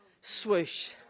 swoosh